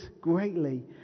greatly